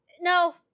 No